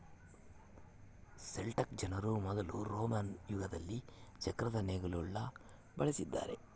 Celtic ಜನರು ಮೊದಲು Roman ಯುಗದಲ್ಲಿ ಚಕ್ರದ ನೇಗಿಲುಗುಳ್ನ ಬಳಸಿದ್ದಾರೆ